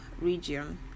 region